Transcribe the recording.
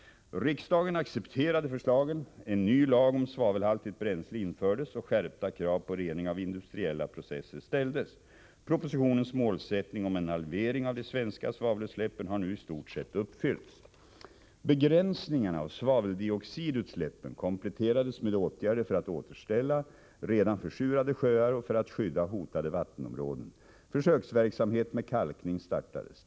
Riksdagen accepterade förslagen, en ny lag om svavelhaltigt bränsle infördes och skärpta krav på rening av industriella processer ställdes. Propositionens målsättning om en halvering av de svenska svavelutsläppen har nu i stort sett uppfyllts. Begränsningarna av svaveldioxidutsläppen kompletterades med åtgärder för att återställa redan försurade sjöar och för att skydda hotade vattenområden. Försöksverksamhet med kalkning startades.